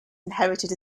inherited